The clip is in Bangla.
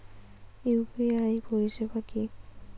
ইউ.পি.আই পরিসেবা কি?